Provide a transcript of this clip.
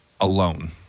alone